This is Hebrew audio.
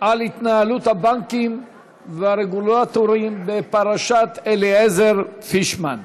על התנהלות הבנקים והרגולטורים בפרשת אליעזר פישמן,